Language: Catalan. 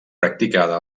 practicava